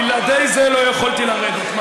בלעדי זה לא יכולתי לרדת.